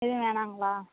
ஏதும் வேணாங்களா